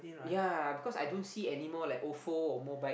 yea because I don't see anymore like Ofo or Mobike